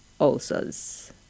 ulcers